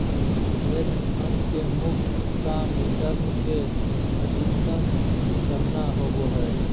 hedge fund के मुख्य काम रिटर्न के अधीकतम करना होबो हय